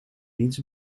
niets